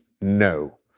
no